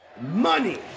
money